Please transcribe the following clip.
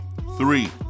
three